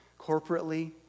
corporately